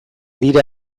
dira